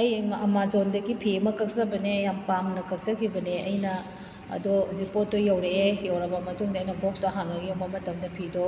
ꯑꯩ ꯑꯦꯃꯥꯖꯣꯟꯗꯒꯤ ꯐꯤ ꯑꯃ ꯀꯛꯆꯕꯅꯦ ꯌꯥꯝ ꯄꯥꯝꯅ ꯀꯛꯆꯈꯤꯕꯅꯦ ꯑꯩꯅ ꯑꯗꯣ ꯍꯧꯖꯤꯛ ꯄꯣꯠꯇꯣ ꯌꯧꯔꯛꯑꯦ ꯌꯧꯔꯛꯑꯕ ꯃꯇꯨꯡꯗ ꯑꯩꯅ ꯕꯣꯛꯁꯇꯣ ꯍꯥꯡꯉ ꯌꯦꯡꯕ ꯃꯇꯝꯗ ꯐꯤꯗꯣ